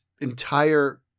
entire